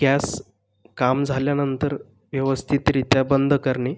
gas काम झाल्यानंतर व्यवस्थितरित्या बंद करणे